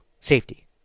safety